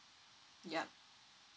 yup